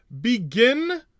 Begin